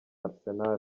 arsenal